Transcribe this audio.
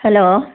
hello